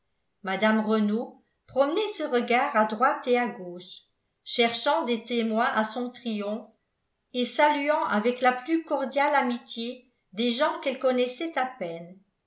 mme renault promenait ses regards à droite et à gauche cherchant des témoins à son triomphe et saluant avec la plus cordiale amitié des gens qu'elle connaissait à peine